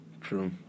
True